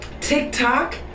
TikTok